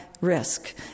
Risk